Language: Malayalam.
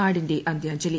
നാടിന്റെ അന്ത്യാഞ്ജലി